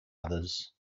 others